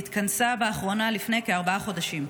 התכנסה באחרונה לפני כארבעה חודשים.